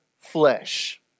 flesh